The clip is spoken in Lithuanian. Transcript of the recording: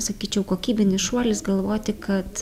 sakyčiau kokybinis šuolis galvoti kad